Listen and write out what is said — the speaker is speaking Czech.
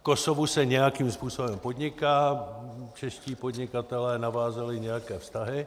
V Kosovu se nějakým způsobem podniká, čeští podnikatelé navázali nějaké vztahy.